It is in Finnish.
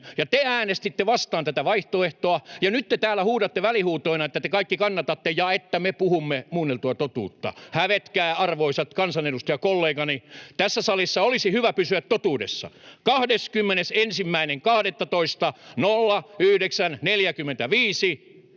— te äänestitte vastaan tätä vaihtoehtoa, ja nyt te täällä huudatte välihuutoina, että te kaikki kannatatte ja että me puhumme muunneltua totuutta. Hävetkää, arvoisat kansanedustajakollegani. Tässä salissa olisi hyvä pysyä totuudessa. 21.12., 09.45